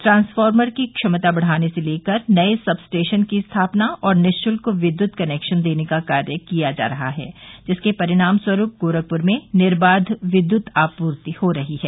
transformer की क्षमता बढ़ाने से लेकर नये सब स्टेशन की स्थापना और निशुल्क विद्युत कनेक्शन देने का कार्य किया जा रहा है जिसके परिणामस्वरूप गोरखपुर में निर्वाच विद्युत आपूर्ति हो रही है